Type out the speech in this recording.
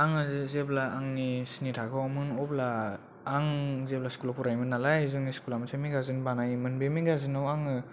आङो जेब्ला आंनि स्नि थाखोयावमोन अब्ला आं जेब्ला स्कुलाव फरायोमोन नालाय जोंनि स्कुला मोनसे मेगाजिन बानायोमोन बे मेगाजिनाव आङो